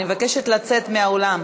אני מבקשת לצאת מהאולם.